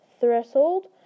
Threshold